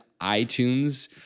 iTunes